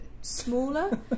smaller